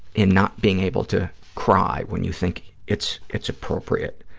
in not being able to cry when you think it's it's appropriate.